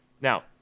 Now